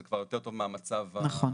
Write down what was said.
זה כבר יותר טוב מהמצב הנוכחי,